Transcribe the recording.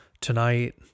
tonight